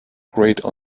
grade